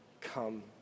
come